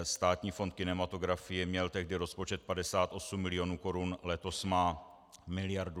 Státní fond kinematografie měl tehdy rozpočet 58 milionů korun, letos má 1,2 miliardy.